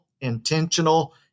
intentional